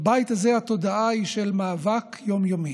בבית הזה התודעה היא של מאבק יום-יומי,